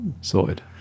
sorted